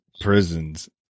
prisons